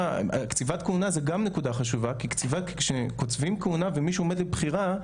קציבת כהונה זה גם נקודה חשובה כי כשקוצבים כהונה ומישהו עומד לבחירה,